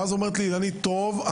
ואז אמרה לי אילנית: טוב,